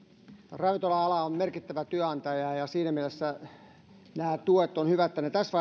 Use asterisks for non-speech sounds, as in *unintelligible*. ravintola ala on merkittävä työnantaja ja siinä mielessä näiden tukien osalta on hyvä että ne tässä *unintelligible*